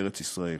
בארץ-ישראל.